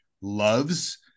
loves